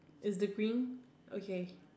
is the green okay